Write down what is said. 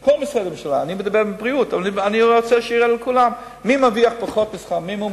אני מדבר על הבריאות מרוויח פחות משכר המינימום,